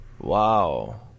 Wow